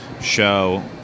show